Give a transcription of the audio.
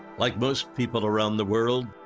like most people around the world,